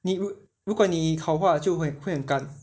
你如果你烤话就会会很干